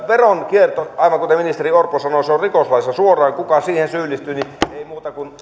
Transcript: veronkierto aivan kuten ministeri orpo sanoi on rikoslaissa suoraan ja kuka siihen syyllistyy niin ei muuta kuin